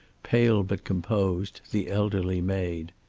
pale but composed, the elderly maid.